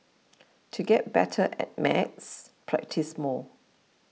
to get better at maths practise more